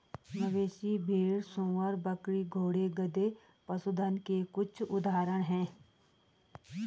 मवेशी, भेड़, सूअर, बकरी, घोड़े, गधे, पशुधन के कुछ उदाहरण हैं